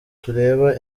tureba